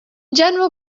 general